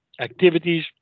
activities